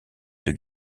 deux